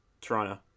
Toronto